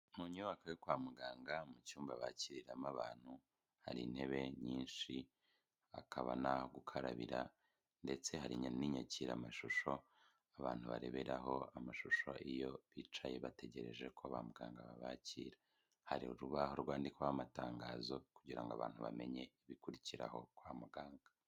Mu nyubako yo kwa muganga, mu cyumba bakiriramo abantu, hari intebe nyinshi, hakaba n'aho gukarabira ndetse hari n'inyakiramashusho abantu bareberaho amashusho iyo bicaye bategereje ko ba muganga babakira. Hari urubaho rwandikwaho amatangazo kugira ngo abantu bamenye ibikurikiraho kwa muganga.